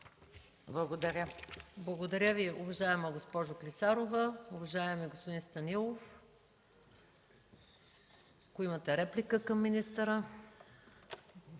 Благодаря Ви, уважаема госпожо Клисарова. Уважаеми господин Станилов, ако имате реплика към министъра?